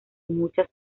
muchas